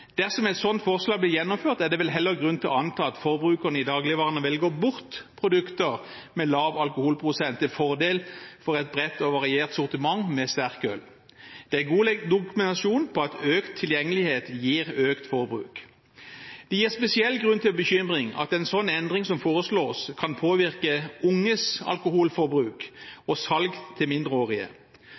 Dersom et sånt forslag blir gjennomført, er det vel heller grunn til å anta at forbrukerne i dagligforretningene velger bort produkter med lav alkoholprosent til fordel for et bredt og variert sortiment med sterkøl. Det er god dokumentasjon på at økt tilgjengelighet gir økt forbruk. Det gir spesielt grunn til bekymring at en sånn endring som foreslås, kan påvirke unges alkoholforbruk og salg til mindreårige.